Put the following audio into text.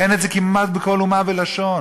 אין את זה כמעט בכל אומה ולשון.